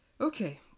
Okay